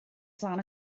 flaen